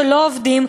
שלא עובדים,